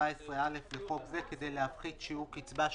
בסעיף 17א לחוק זה כדי להפחית שיעור קצבה שניתנה".